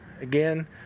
again